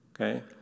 okay